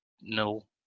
no